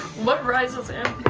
what rises and